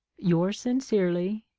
yours sincerely,